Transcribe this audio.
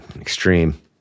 extreme